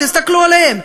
תסתכלו עליהם.